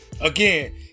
Again